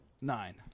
Nine